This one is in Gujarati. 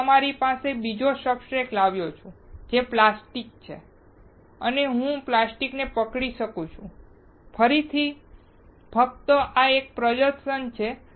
હું તમારી પાસે બીજો સબસ્ટ્રેટ લાવ્યો છું જે પ્લાસ્ટિક છે અને અહીં હું પ્લાસ્ટિક પકડી શકું છું ફરીથી ફક્ત આ એક પ્રદર્શન છે